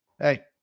hey